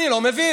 אני לא מבין,